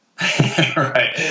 Right